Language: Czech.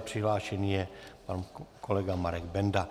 Přihlášený je pan kolega Marek Benda.